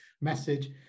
message